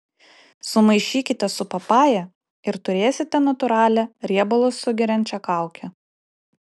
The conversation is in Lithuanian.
sumaišykite su papaja ir turėsite natūralią riebalus sugeriančią kaukę